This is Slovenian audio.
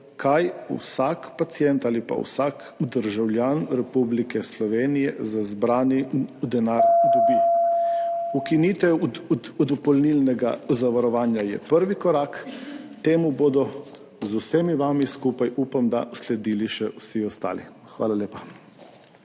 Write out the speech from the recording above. kaj vsak pacient ali pa vsak državljan Republike Slovenije za zbrani denar dobi. Ukinitev dopolnilnega zavarovanja je prvi korak, temu bodo z vsemi vami skupaj, upam, da sledili še vsi ostali. Hvala lepa.